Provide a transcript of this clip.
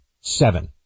Seven